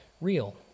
real